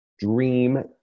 dream